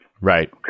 Right